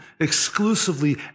exclusively